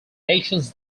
nations